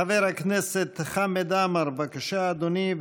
חבר הכנסת חמד עמאר, בבקשה, אדוני.